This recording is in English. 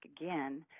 again